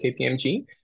kpmg